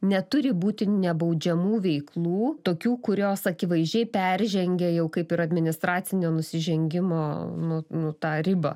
neturi būti nebaudžiamų veiklų tokių kurios akivaizdžiai peržengia jau kaip ir administracinio nusižengimo nu nu tą ribą